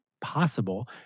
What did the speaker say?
possible